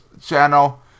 channel